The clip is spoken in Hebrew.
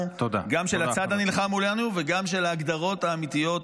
גם של הצד הנלחם מולנו וגם של ההגדרות האמיתיות